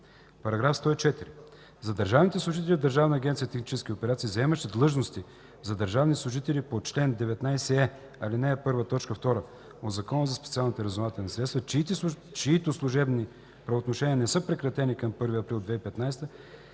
г. § 104. За държавните служители в Държавна агенция „Технически операции”, заемащи длъжности за държавни служители по чл. 19е, ал. 1, т. 2 от Закона за специалните разузнавателни средства, чиито служебни правоотношения не са прекратени към 1 април 2015 г.,